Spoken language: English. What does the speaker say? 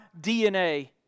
DNA